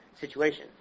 situation